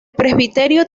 presbiterio